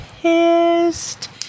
pissed